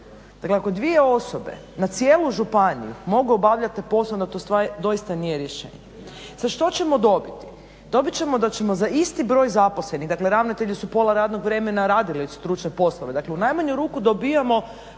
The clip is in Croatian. Dakle, ako 2 osobe na cijelu županiju mogu obavljati te … /Govornica se ne razumije./… doista nije rješenje. Sad što ćemo dobiti? Dobit ćemo da ćemo za isti broj zaposlenih, dakle ravnatelji su pola radnog vremena radili stručne poslove, dakle u najmanju ruku dobivamo